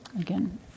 Again